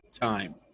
time